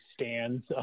stands